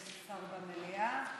אין שר במליאה,